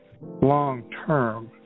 long-term